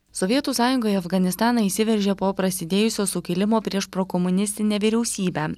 sovietų sąjunga į afganistaną įsiveržė po prasidėjusio sukilimo prieš prokomunistinę vyriausybę